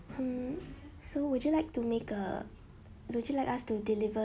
hmm so would you like to make uh would you like us to deliver